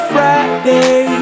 Friday